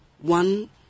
one